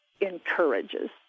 encourages